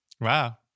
Wow